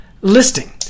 listing